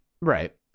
right